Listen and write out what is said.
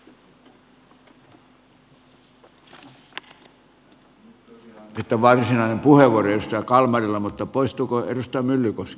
tosiaan nyt on varsinainen puheenvuoro edustaja kalmarilla mutta poistuuko edustaja myllykoski